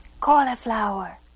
Cauliflower